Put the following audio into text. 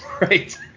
Right